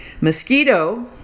mosquito